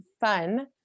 fun